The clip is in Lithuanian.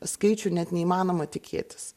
skaičių net neįmanoma tikėtis